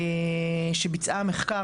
שביצעה מחקר,